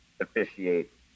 officiate